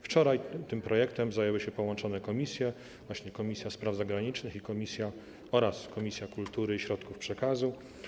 Wczoraj tym projektem zajęły się połączone komisje, właśnie Komisja Spraw Zagranicznych oraz Komisja Kultury i Środków Przekazu.